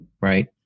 right